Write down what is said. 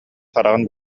хараҕын